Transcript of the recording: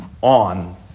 on